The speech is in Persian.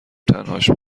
تنهاش